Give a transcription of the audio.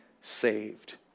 saved